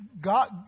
God